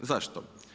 Zašto?